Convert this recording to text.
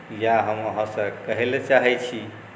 इएह हम अहाँसँ कहैलए चाहै छी